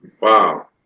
Wow